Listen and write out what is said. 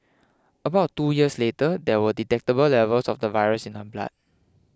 about two years later there were detectable levels of the virus in her blood